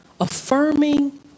Affirming